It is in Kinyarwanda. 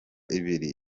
ibiri